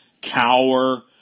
cower